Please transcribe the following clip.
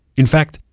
in fact,